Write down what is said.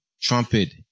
trumpet